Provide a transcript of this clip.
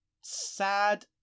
sad